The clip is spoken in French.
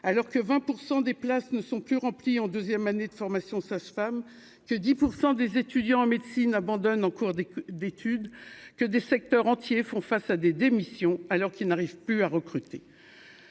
alors que 20 % des places ne sont plus remplies en deuxième année de formation sage-femme que 10 % des. étudiant en médecine abandonnent en cours des d'études que des secteurs entiers font face à des démissions, alors qu'il n'arrive plus à recruter